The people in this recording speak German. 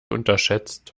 unterschätzt